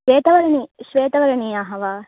श्वेवर्णीया श्वेतवर्णीयाः वा